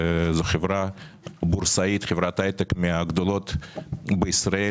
שזו חברת הייטק בורסאית מהגדולות בישראל,